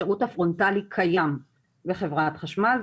השירות הפרונטלי קיים בחברת החשמל,